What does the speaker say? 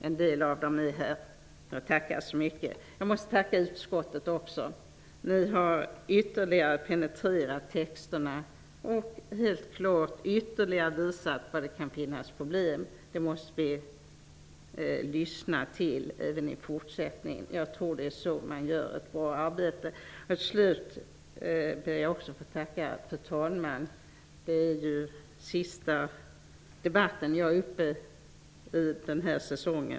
En del av dem är här nu -- tack så mycket! Jag måste också tacka utskottet. Ni har ytterligare penetrerat texterna och helt klart visat var det kan finnas problem. Det måste vi lyssna till även i fortsättningen. Jag tror att det är så man gör ett bra arbete. Till slut ber jag också att få tacka fru talman. Det är ju sista debatten som jag är uppe i denna säsong.